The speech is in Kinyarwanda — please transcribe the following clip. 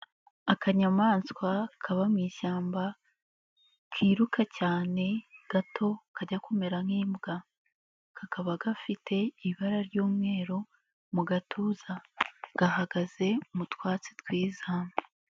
Akanyamaswa kaba mu ishyamba, kiruka cyane gato kajya kumera nk'imbwa, kakaba gafite ibara ry'umweru mu gatuza, gahagaze mu twatsi twiza.